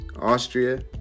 Austria